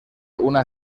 una